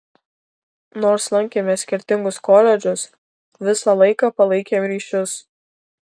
nors lankėme skirtingus koledžus visą laiką palaikėm ryšius